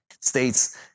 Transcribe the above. states